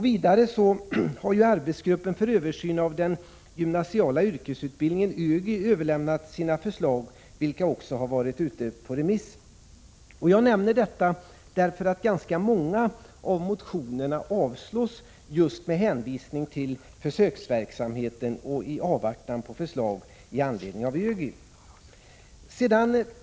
Vidare har arbetsgruppen för översyn av den gymnasiala yrkesutbildningen, ÖGY, överlämnat sina förslag, vilka också har varit ute på remiss. Jag nämner detta därför att ganska många av motionerna avstyrks just med hänvisning till försöksverksamheten och i avvaktan på förslag från ÖGY.